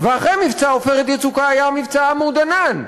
ואחרי מבצע "עופרת יצוקה" היה מבצע "עמוד ענן".